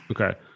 Okay